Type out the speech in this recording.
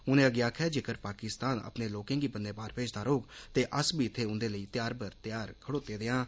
उनें अग्गै आक्खेआ जेकर पाकिस्तान अपने लोकें गी बन्ने पार भेजदा रौग ते अस बी इत्थै उन्दे लेई तैयार बर तैयार खड़ोते दे आं